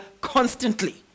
constantly